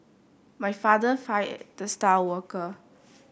my father fired the star worker